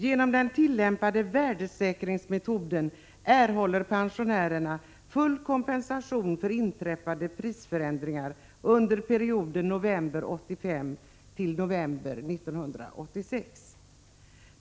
Genom den tillämpade värdesäkringsmetoden erhåller pensionärerna full kompensation för inträffade prisförändringar under perioden november 1985—november 1986.